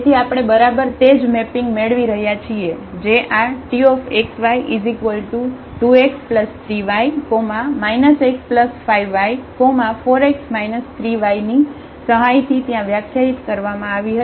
તેથી આપણે બરાબર તે જ મેપિંગ મેળવી રહ્યાં છીએ જે આTxy2x3y x5y4x 3yની સહાયથી ત્યાં વ્યાખ્યાયિત કરવામાં આવી હતી